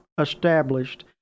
established